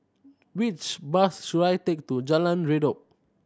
which bus should I take to Jalan Redop